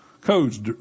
codes